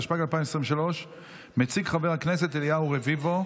התשפ"ג 2023. מציג חבר הכנסת אליהו רביבו,